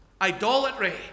idolatry